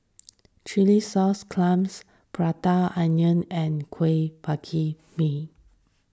Chilli Sauce Clams Prata Onion and Kuih Bingka Ubi